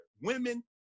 women